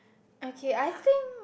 okay I think